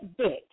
bitch